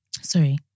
Sorry